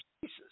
Jesus